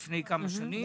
לפני כמה שנים.